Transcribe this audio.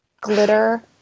glitter